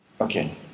Okay